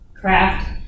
Craft